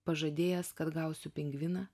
pažadėjęs kad gausiu pingviną